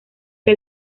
que